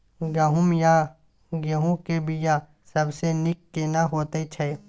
गहूम या गेहूं के बिया सबसे नीक केना होयत छै?